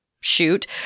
shoot